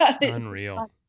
Unreal